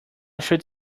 should